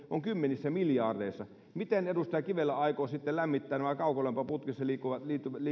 on kymmenissä miljardeissa miten edustaja kivelä aikoo sitten lämmittää kaukolämpöputkissa liikkuvan